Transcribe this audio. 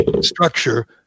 structure